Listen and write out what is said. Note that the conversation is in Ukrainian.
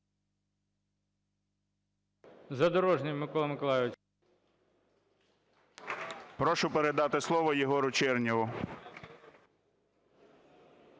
Прошу передати слово Єгору Чернєву.